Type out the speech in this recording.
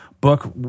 book